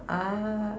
ah